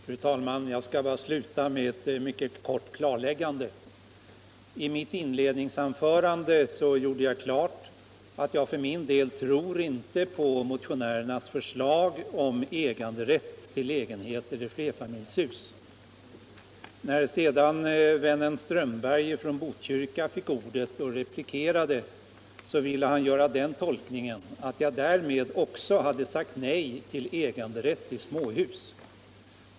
Fru talman! Jag skall sluta debatten med ett mycket kort klarläggande. I mitt inledningsanförande gjorde jag klart att jag för min del inte tror på motionärernas förslag om äganderätt till lägenheter i flerfamiljshus. När sedan vännen Strömberg från Botkyrka fick ordet och replikerade ville han göra den tolkningen att jag därmed också hade sagt nej till äganderätt till småhus.